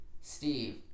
Steve